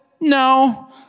No